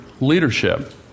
leadership